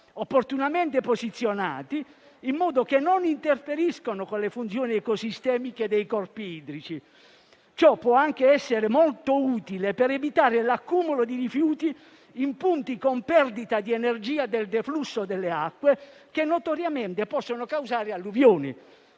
opportunamente posizionati in modo che non interferiscano con le funzioni ecosistemiche dei corpi idrici). Ciò può essere molto utile anche per evitare l'accumulo di rifiuti in punti con perdita di energia del deflusso delle acque, che notoriamente possono causare alluvioni.